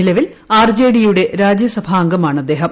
നിലവിൽ ആർജെഡിയുടെ രാജ്യസഭാ അംഗമാണ് അദ്ദേഹം